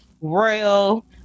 royal